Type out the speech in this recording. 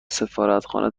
سفارتخانه